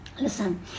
Listen